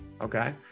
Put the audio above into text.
Okay